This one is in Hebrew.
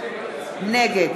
נגד